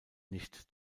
nicht